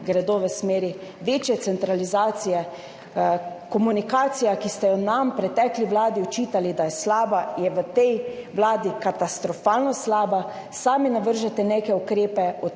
v smeri večje centralizacije. Komunikacija, ki ste jo nam, pretekli vladi očitali, da je slaba, je v tej vladi katastrofalno slaba. Sami navržete neke ukrepe, od